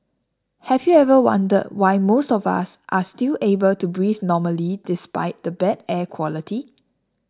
have you ever wondered why most of us are still able to breathe normally despite the bad air quality